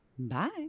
Bye